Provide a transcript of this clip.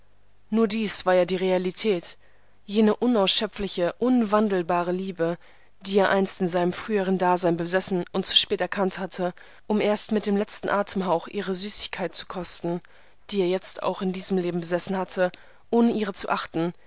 nur dies war ja realität jene unausschöpfliche unwandelbare liebe die er einst in seinem früheren dasein besessen und zu spät erkannt hatte um erst mit dem letzten atemhauch ihre süßigkeit zu kosten die er auch in diesem leben besessen hatte ohne ihrer zu achten